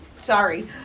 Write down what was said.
Sorry